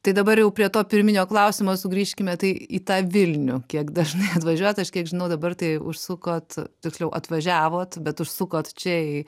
tai dabar jau prie to pirminio klausimo sugrįžkime tai į tą vilnių kiek dažnai atvažiuojat aš kiek žinau dabar tai užsukot tiksliau atvažiavot bet užsukot čia į